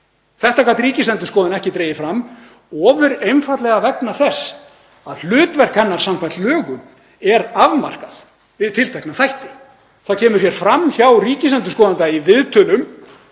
Þetta gat Ríkisendurskoðun ekki dregið fram ofur einfaldlega vegna þess að hlutverk hennar samkvæmt lögum er afmarkað við tiltekna þætti. Það kemur fram hjá ríkisendurskoðanda í viðtölum